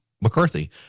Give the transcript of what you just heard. McCarthy